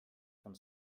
von